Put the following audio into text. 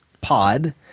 pod